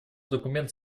документа